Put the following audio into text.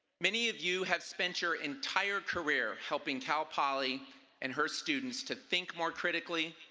many of you have spent your entire career helping cal poly and her students to think more critically,